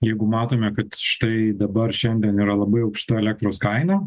jeigu matome kad štai dabar šiandien yra labai aukšta elektros kaina